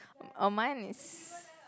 oh mine is